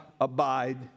abide